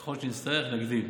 ככל שנצטרך, נגדיל.